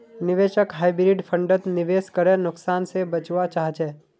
निवेशक हाइब्रिड फण्डत निवेश करे नुकसान से बचवा चाहछे